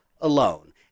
alone